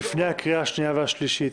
לפני הקריאה השנייה והשלישית.